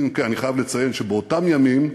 אני חייב לציין שבאותם ימים,